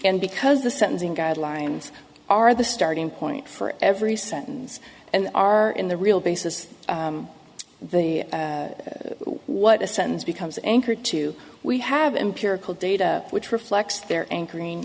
and because the sentencing guidelines are the starting point for every sentence and are in the real basis what a sentence becomes anchored to we have empirical data which reflects there and green